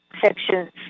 sections